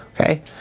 Okay